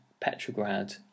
Petrograd